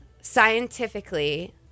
scientifically